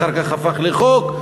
אחר כך הפך לחוק,